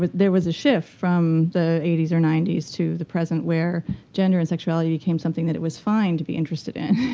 but there was a shift from the eighty s or ninety s to the present, where gender and sexuality became something that it was fine to be interested in.